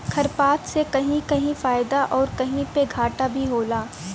खरपात से कहीं कहीं फायदा आउर कहीं पे घाटा भी होला